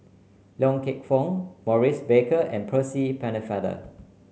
Loy Keng Foo Maurice Baker and Percy Pennefather